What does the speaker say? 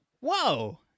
Whoa